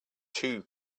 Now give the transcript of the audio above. two